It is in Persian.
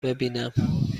ببینم